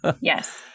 Yes